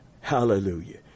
hallelujah